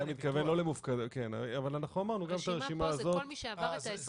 אנחנו אמרנו שגם את הרשימה הזאת -- הרשימה פה זה כל מי שעבר את ה-25.